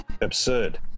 absurd